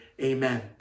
amen